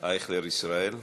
חבר הכנסת אייכלר ישראל,